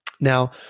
now